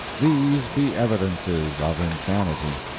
these be evidences of insanity.